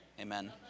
amen